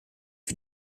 für